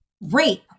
Rape